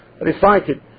recited